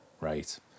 right